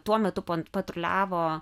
tuo metu patruliavo